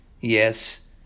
Yes